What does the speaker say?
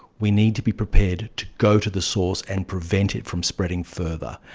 we need to be prepared to go to the source and prevent it from spreading further.